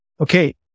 okay